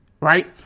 right